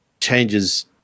changes